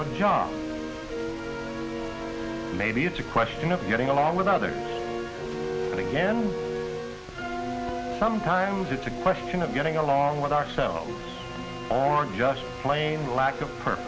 the job maybe it's a question of getting along with others but again sometimes it's a question of getting along with ourselves all are just plain lack of her